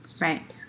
right